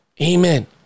Amen